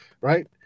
right